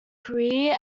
career